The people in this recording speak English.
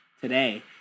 Today